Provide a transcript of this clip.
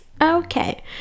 okay